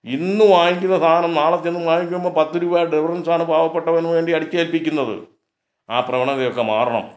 ഇന്ന് വാങ്ങിക്കുന്ന സാധനം നാളെ ചെന്ന് വാങ്ങിക്കുമ്പം പത്ത് രൂപ ഡിഫറെൻസ് ആണ് പാവപ്പെട്ടവന് വേണ്ടി അടിച്ച് ഏൽപ്പിക്കുന്നത് ആ പ്രവണത ഒക്കെ മാറണം